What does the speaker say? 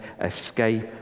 escape